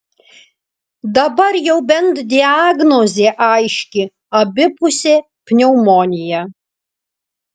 dabar jau bent diagnozė aiški abipusė pneumonija